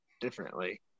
differently